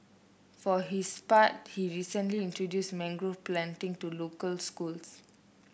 for his part he recently introduced mangrove planting to local schools